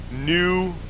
new